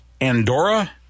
Andorra